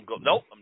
Nope